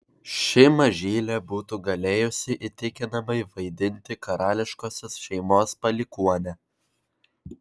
ši mažylė būtų galėjusi įtikinamai vaidinti karališkosios šeimos palikuonę